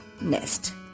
nest